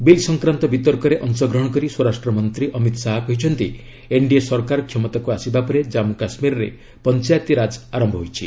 bill ସଂକ୍ରାନ୍ତ ବିତର୍କରେ ଅଂଶଗ୍ରହଣ କରି ସ୍ୱରାଷ୍ଟ୍ର ମନ୍ତ୍ରୀ ଅମିତ ଶାହା କହିଛନ୍ତି ଏନ୍ଡିଏ ସରକାର କ୍ଷମତାକୁ ଆସିବା ପରେ ଜାମ୍ମ କାଶ୍ୱୀରରେ ପଞ୍ଚାୟତିରାଜ ଆରମ୍ଭ ହୋଇଛି